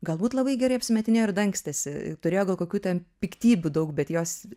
galbūt labai gerai apsimetinėjo ir dangstėsi turėjo gal kokių ten piktybių daug bet jos